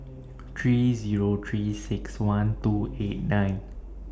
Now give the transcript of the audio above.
three Zero three six one two eight nine